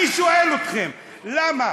אני שואל אתכם, למה?